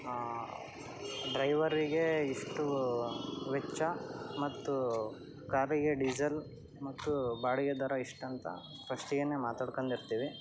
ಡ್ರೈವರಿಗೆ ಇಷ್ಟು ವೆಚ್ಚ ಮತ್ತು ಕಾರಿಗೆ ಡೀಸೆಲ್ ಮತ್ತು ಬಾಡಿಗೆ ದರ ಇಷ್ಟಂತ ಫಸ್ಟ್ಗೇನೆ ಮಾತಾಡ್ಕೊಂಡಿರ್ತೀವಿ